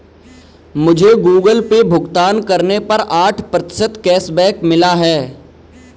मुझे Google Pay भुगतान करने पर आठ प्रतिशत कैशबैक मिला है